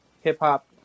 hip-hop